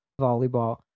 volleyball